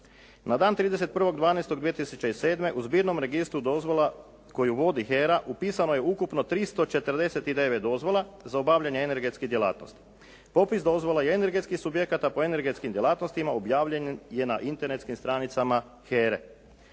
Na dan 31.12.2007. u zbirnom registru dozvola koji uvodi HERA upisano je ukupno 349 dozvola za obavljanje energetskih djelatnosti. Popis dozvola i energetskih subjekata po energetskim djelatnostima objavljen je na internetskim stranicama HERA-e.